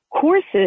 courses